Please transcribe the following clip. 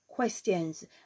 Questions